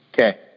Okay